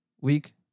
week